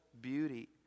beauty